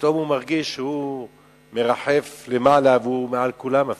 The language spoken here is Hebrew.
ופתאום הוא מרגיש שהוא מרחף למעלה והוא מעל כולם אפילו.